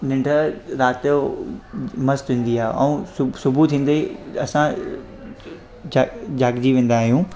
निंड राति जो मस्तु ईंदी आहे ऐं सुब सुबुहु थींदे ई असांजा जाॻ ॼागजी वेंदा आहियूं